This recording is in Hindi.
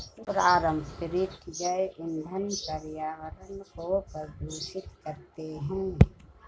कुछ पारंपरिक जैव ईंधन पर्यावरण को प्रदूषित करते हैं